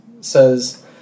says